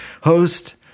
host